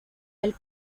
del